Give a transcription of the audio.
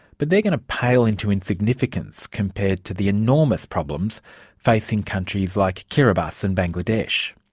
but they're going to pale into insignificance compared to the enormous problems facing countries like kiribati and bangladesh.